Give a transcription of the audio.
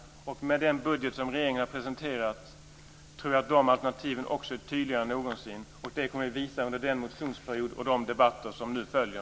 Med den budget som regeringen har presenterat tror jag att de alternativen är tydligare än någonsin. Det kommer vi att visa under den motionsperiod och de debatter som nu följer.